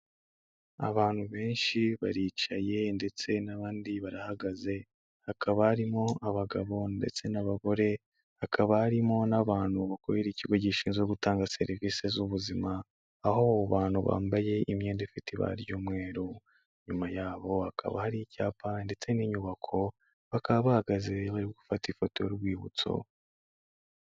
Abantu benshi baricaye ndetse n'abandi barahagaza, hakaba harimo abagabo ndetse n'abagore, hakaba harimo n'abantu bakorera ikigo gishinzwe gutanga serivisi z'ubuzima. Aho bantu bambaye imyenda ifite ibara ry'umweru. Inyuma yaho hakaba hari icyapa ndetse n'inyubako, bakaba bahagaze bari gufata ifoto y'urwibutso.